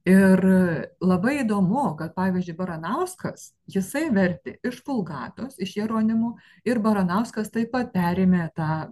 ir labai įdomu kad pavyzdžiui baranauskas jisai vertė iš vulgatos iš jeronimo ir baranauskas taip pat perėmė tą